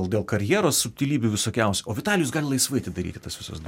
dėl karjeros subtilybių visokiausių o vitalijus gali laisvai atidaryti tas visas duris